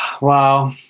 Wow